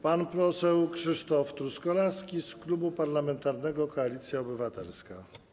Pan poseł Krzysztof Truskolaski z Klubu Parlamentarnego Koalicja Obywatelska.